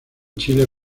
chile